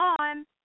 on